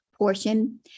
Portion